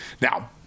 Now